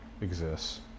exists